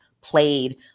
played